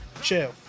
chill